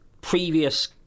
previous